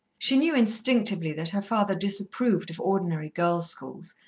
she knew instinctively that her father disapproved of ordinary girls' schools,